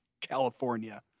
California